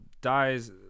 dies